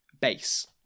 base